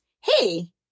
hey